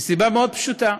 מסיבה מאוד פשוטה,